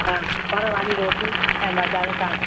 हा फर वारी रोटी ऐं मर्दानो साकु